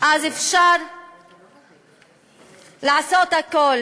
אפשר לעשות הכול